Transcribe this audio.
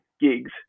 gigs